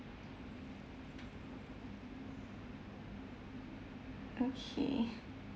okay